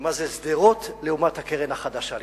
ומה זה שדרות לעומת הקרן החדשה לישראל.